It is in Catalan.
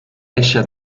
eixa